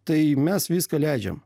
tai mes viską leidžiam